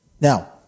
Now